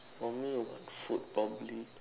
for me about food probably